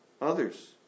others